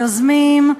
היוזמים,